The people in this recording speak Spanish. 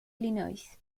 illinois